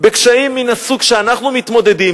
בקשיים מן הסוג שאנחנו מתמודדים